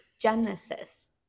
Genesis